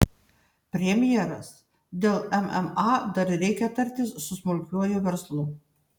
premjeras dėl mma dar reikia tartis su smulkiuoju verslu